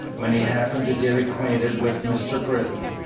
when he happened to get acquainted with mr. britton,